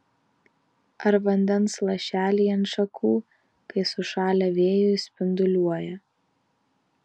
ar vandens lašeliai ant šakų kai sušalę vėjuj spinduliuoja